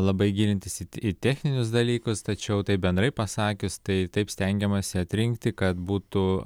labai gilintis į techninius dalykus tačiau tai bendrai pasakius tai taip stengiamasi atrinkti kad būtų